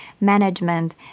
management